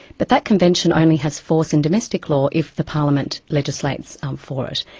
but that convention only has force in domestic law if the parliament legislates um for it.